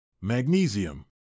magnesium